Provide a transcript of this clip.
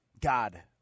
God